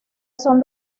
son